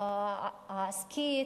העסקית,